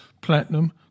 platinum